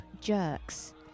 jerks